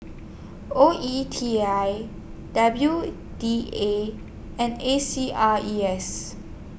O E T I W D A and A C R E S